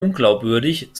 unglaubwürdig